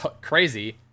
crazy